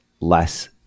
less